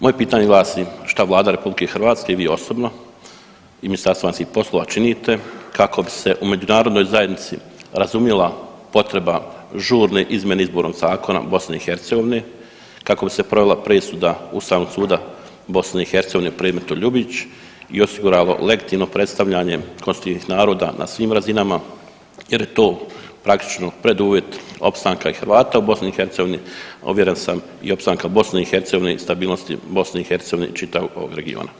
Moje pitanje glasi, šta Vlada RH i vi osobno i Ministarstvo vanjskih poslova činite kako bi se u međunarodnoj zajednici razumjela potreba žurne izmjene izbornog zakona BiH, kako bi se provela presuda Ustavnog suda BiH u predmetu Ljubić i osiguralo legitimno predstavljanje konstitutivnih naroda na svim razinama jer je to praktično preduvjet opstanka i Hrvata u BiH, a uvjeren sam i opstanka BiH i stabilnosti BiH i čitavog ovog regiona.